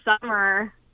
summer